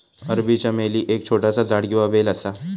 अरबी चमेली एक छोटासा झाड किंवा वेल असा